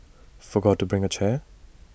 forgot to bring A chair